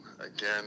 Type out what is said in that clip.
Again